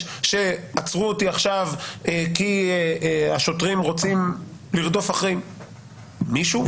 שעצרו אותי עכשיו כי השוטרים רוצים לרדוף אחרי מישהו,